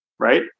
Right